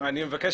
אני רוצה